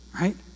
right